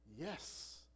yes